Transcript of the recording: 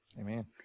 Amen